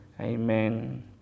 Amen